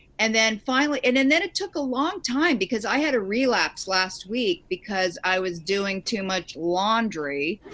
and then finally, and and then it took a long time, because i had a relapse last week, because i was doing too much laundry.